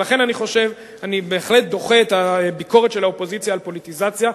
ולכן אני בהחלט דוחה את הביקורת של האופוזיציה על פוליטיזציה.